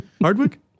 Hardwick